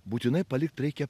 būtinai palikt reikia